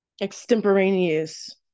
extemporaneous